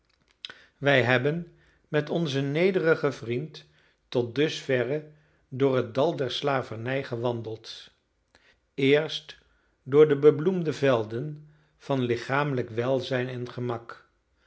wij hebben met onzen nederigen vriend tot dusverre door het dal der slavernij gewandeld eerst door de bebloemde velden van lichamelijk welzijn en gemak